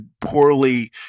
poorly